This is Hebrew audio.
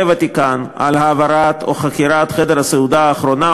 הוותיקן על העברת או חכירת חדר הסעודה האחרונה,